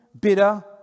bitter